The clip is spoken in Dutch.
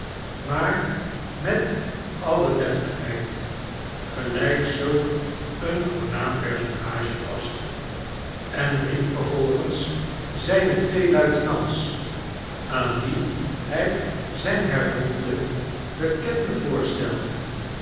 maar met alle deftigheid gelijk zulk een voornaam personage paste en riep vervolgens zijne twee luitenants aan wie hij zijn hervonden bekende voorstelde